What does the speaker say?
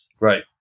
Right